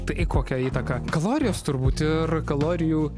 tai kokią įtaką kalorijos turbūt ir kalorijų